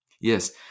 Yes